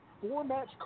four-match